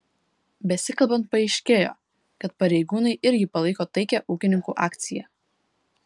besikalbant paaiškėjo kad pareigūnai irgi palaiko taikią ūkininkų akciją